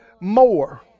more